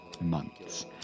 months